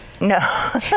No